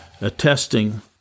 attesting